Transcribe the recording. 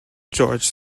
george